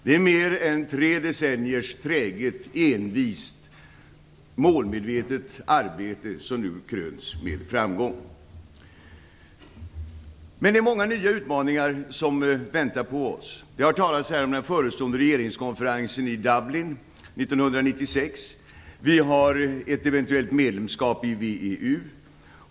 Det är mer än tre decenniers träget, envist och målmedvetet arbete som nu kröns med framgång. Men det är många nya utmaningar som väntar på oss. Det har talats om den förestående regeringskonferensen i Dublin 1996. Vi har ett eventuellt medlemskap i VEU.